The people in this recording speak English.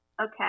Okay